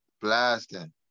Blasting